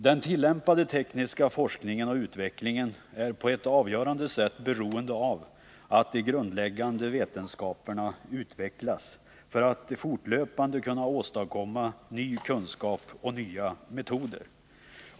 Den tillämpade tekniska forskningen och utvecklingen är på ett avgörande sätt beroende av att de grundläggande vetenskaperna utvecklas för att man fortlöpande skall kunna åstadkomma ny kunskap och nya metoder.